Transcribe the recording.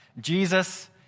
Jesus